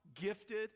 gifted